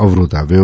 અવરોધ આવ્યો